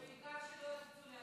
ובעיקר, שלא יצאו להפגנות.